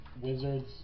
Wizards